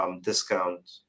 discount